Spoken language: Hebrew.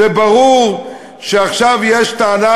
ברור שעכשיו יש טענה,